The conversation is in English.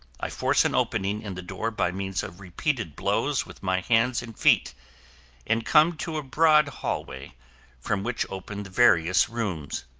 i force an opening in the door by means of repeated blows with my hands and feet and come to a broad hallway from which open the various rooms.